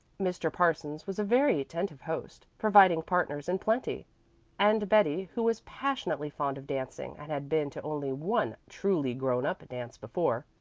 mr. parsons was a very attentive host, providing partners in plenty and betty, who was passionately fond of dancing and had been to only one truly grown-up dance before,